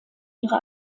ihre